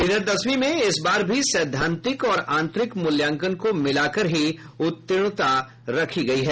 इधर दसवीं में इस बार भी सैद्वांतिक और आंतरिक मूल्यांकन को मिलाकर ही उत्तीर्णता रखी गयी है